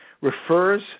refers